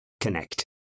connect